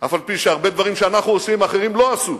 אף- על-פי שהרבה דברים שאנחנו עושים אחרים לא עשו.